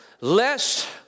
lest